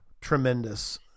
tremendous